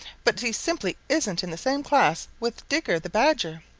but he simply isn't in the same class with digger the badger.